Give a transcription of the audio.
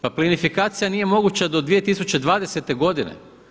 Pa plinivikacija nije moguća do 2020. godine.